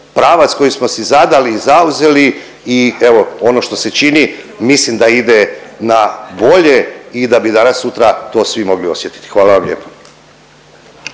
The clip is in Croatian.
pravac koji smo si zadali i zauzeli i evo ono što se čini mislim da ide na bolje i da bi danas sutra to svi mogli osjetiti. Hvala vam lijepo.